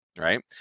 Right